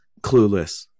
Clueless